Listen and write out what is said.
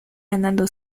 ganando